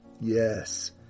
yes